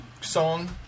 song